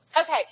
Okay